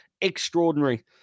Extraordinary